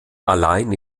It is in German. alleine